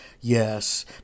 Yes